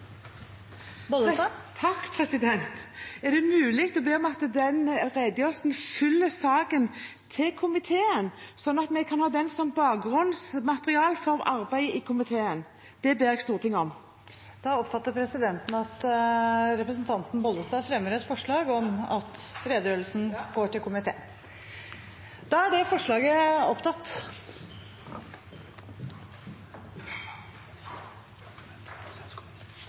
Bollestad har bedt om ordet. Er det mulig å be om at redegjørelsen følger saken til komiteen, slik at vi kan ha den som bakgrunnsmateriale for arbeidet der? Jeg ber Stortinget om dette. Representanten Olaug V. Bollestad har da fremmet et forslag om at redegjørelsen går til helse- og omsorgskomiteen. – Presidenten anser det